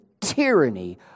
tyranny